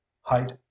height